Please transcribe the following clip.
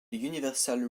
universal